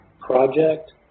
Project